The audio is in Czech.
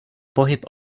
pohyb